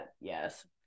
yes